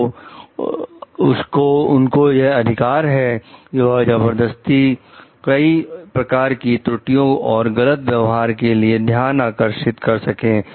तो उनको यह अधिकार है कि वह जबरदस्ती कई तरह की त्रुटियों और गलत व्यवहार के लिए ध्यान आकर्षित कर सकें